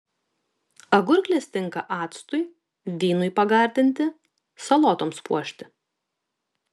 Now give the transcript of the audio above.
agurklės tinka actui vynui pagardinti salotoms puošti